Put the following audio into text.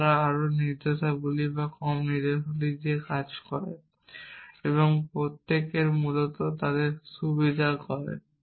তখন তারা আরও নির্দেশাবলী বা কম নির্দেশাবলী নিয়ে কাজ করে এবং প্রত্যেকেরই মূলত তার সুবিধা হয়